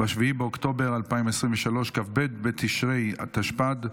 ב-7 באוקטובר 2023, כ"ב בתשרי התשפ"ד,